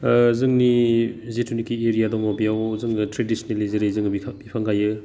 जोंनि जिथुनाखि एरिया दङ बेयाव जोङो ट्रेडिसिनेलि जेरै जोङो बि बिफां गायो